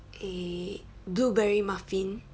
eh blueberry muffin